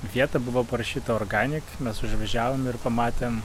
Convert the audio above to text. vietą buvo parašyta organinik mes užvažiavom ir pamatėm